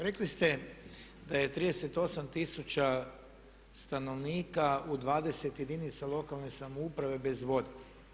Rekli ste da je 38 tisuća stanovnika u 20 jedinica lokalne samouprave bez vode.